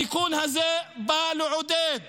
התיקון הזה בא לעודד